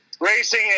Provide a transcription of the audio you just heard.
Racing